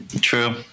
True